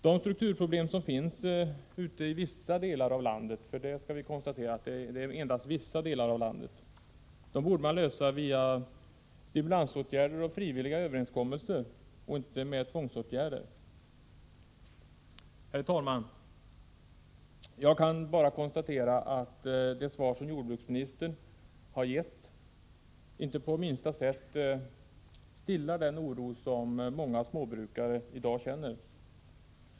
De strukturproblem som finns i vissa delar av landet — vi skall konstatera att det endast handlar om vissa delar av landet — borde man lösa via stimulansåtgärder och frivilliga överenskommelser och inte med tvångsåt 129 gärder. Herr talman! Jag kan bara konstatera att det svar som jordbruksministern har gett inte på minsta sätt stillar den oro som många småbrukare i dag känner.